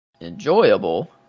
enjoyable